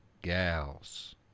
gals